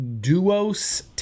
Duos